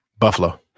Buffalo